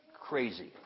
crazy